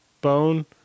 bone